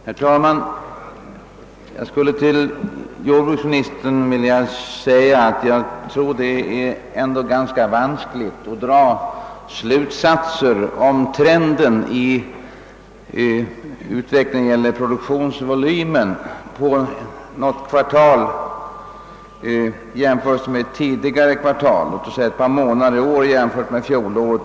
Herr talman! Jag tror, herr jordbruksminister, att det ändå är ganska vanskligt att dra några slutsatser av trenden i produktionsvolymen under något zvartal jämfört med tidigare kvartal — 2l1ler låt oss säga ett par månader i år jämfört med fjolåret.